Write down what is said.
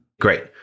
Great